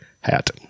hat